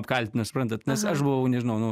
apkaltina suprantat nes aš buvau nežinau nu